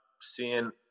seeing